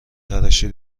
تراشی